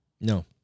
No